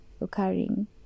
occurring